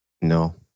No